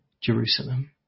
Jerusalem